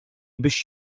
biex